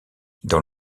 dans